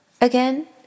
Again